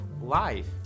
life